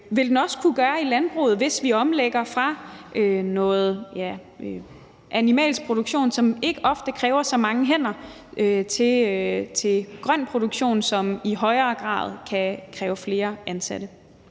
vil den også kunne gøre i landbruget, hvis vi omlægger fra en animalsk produktion, som ofte ikke kræver så mange hænder, til grøn produktion, som i højere grad kræver flere ansatte.